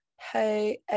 Hey